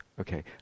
Okay